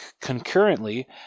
Concurrently